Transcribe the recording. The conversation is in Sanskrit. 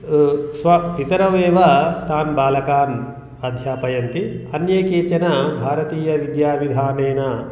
स्व पितरौ एव तान् बालकान् अध्यापयन्ति अन्ये केचन भारतीयविद्याविधानेन